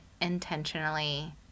intentionally